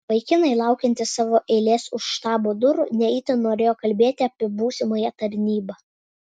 vaikinai laukiantys savo eilės už štabo durų ne itin norėjo kalbėti apie būsimąją tarnybą